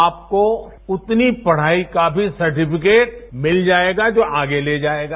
आपको उतनी पढ़ाई का भी सर्टिफिकेट भिल जायेगा जो आपको आगे ले जायेगा